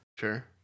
Sure